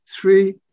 three